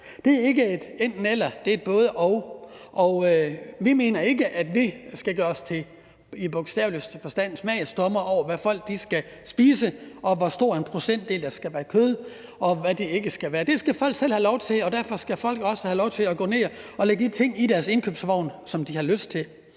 Det er ikke et enten-eller, det er et både-og. Og vi mener ikke, at vi skal gøre os til i bogstaveligste forstand smagsdommere over, hvad folk skal spise, og hvor stor en procentdel der skal være kød, og hvad det ikke skal være. Det skal folk selv have lov til at bestemme, og derfor skal folk også have lov til at gå ned og lægge de ting i deres indkøbsvogn, som de har lyst til.